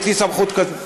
יש לי סמכות כזאת.